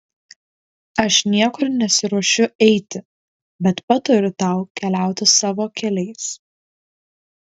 aš niekur nesiruošiu eiti bet patariu tau keliauti savo keliais